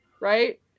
right